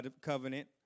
covenant